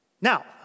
Now